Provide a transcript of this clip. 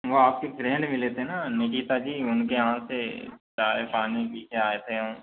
वो आपके फ्रेंड मिले थे ना निकिता जी उनके यहाँ से चाय पानी पी के आए थे हम